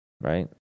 right